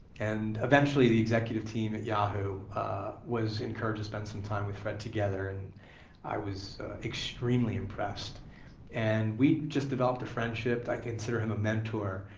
and eventually the executive team at yahoo was encouraged to spend some time with fred together and i was extremely impressed and we just developed a friendship. i consider him a mentor,